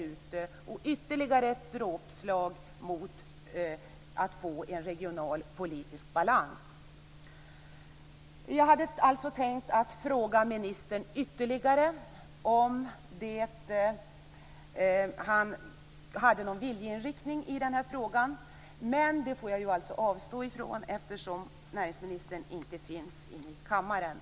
Det skulle vara ytterligare ett dråpslag mot strävan att få en regional politisk balans. Jag hade tänkt fråga ministern ytterligare om huruvida han har någon viljeinriktning i den här frågan. Men det får jag alltså avstå från eftersom näringsministern inte finns i kammaren.